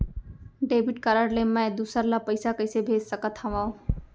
Debit card ले मैं दूसर ला पइसा कइसे भेज सकत हओं?